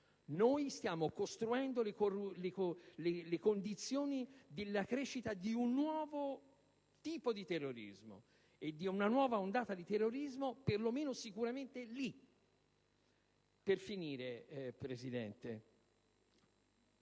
noi stiamo costruendo le condizioni della crescita di un nuovo tipo di terrorismo e di una nuova ondata di terrorismo, sicuramente almeno in quella regione.